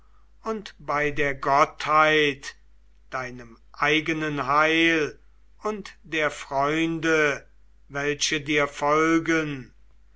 und bei der gottheit deinem eigenen heil und der freunde welche dir folgen